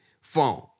phone